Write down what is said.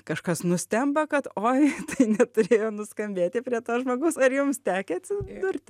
kažkas nustemba kad oi tai neturėjo nuskambėti prie to žmogaus ar jums tekę atsidurti